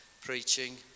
preaching